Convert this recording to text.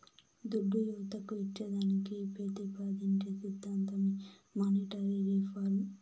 దుడ్డు యువతకు ఇచ్చేదానికి పెతిపాదించే సిద్ధాంతమే మానీటరీ రిఫార్మ్